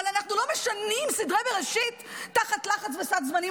אבל אנחנו לא משנים סדרי בראשית תחת לחץ וסד זמנים.